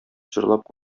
җырлап